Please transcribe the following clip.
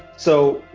so,